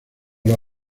los